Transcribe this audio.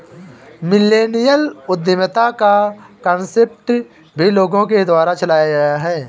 millennial उद्यमिता का concept भी लोगों के द्वारा चलाया गया है